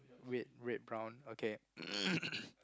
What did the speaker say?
red red brown okay